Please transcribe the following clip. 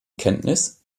kenntnis